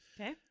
Okay